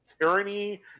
tyranny